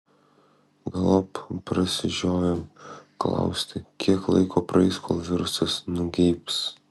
galop prasižiojo klausti kiek laiko praeis kol virusas nugeibs